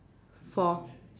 four